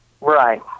Right